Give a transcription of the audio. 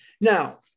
Now